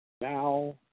Now